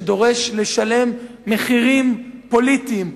שדורש לשלם מחירים פוליטיים.